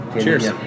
Cheers